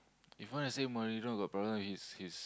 if wanna say Mourinho got problem with his his